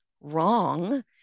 wrong